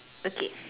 okay